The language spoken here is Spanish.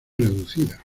reducida